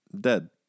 dead